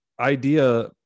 idea